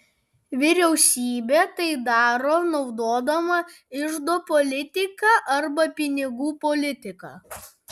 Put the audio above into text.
vyriausybė tai daro naudodama iždo politiką arba pinigų politiką